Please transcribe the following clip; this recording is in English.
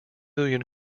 million